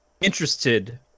interested